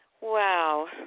Wow